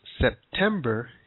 September